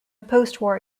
postwar